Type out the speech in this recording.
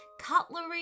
cutlery